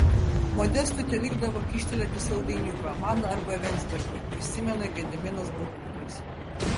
modestui telikdavo kyštelėti saldainiuką man arba venzbergui prisimena gediminas budnikas